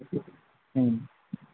ꯎꯝ